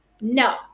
No